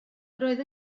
roedd